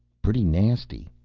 pretty nasty.